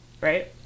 right